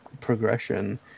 progression